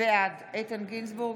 בעד יואב גלנט,